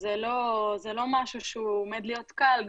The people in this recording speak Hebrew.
זה לא משהו שהוא עומד להיות קל.